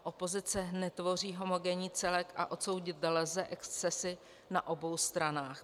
Opozice netvoří homogenní celek a odsoudit lze excesy na obou stranách.